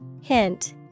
Hint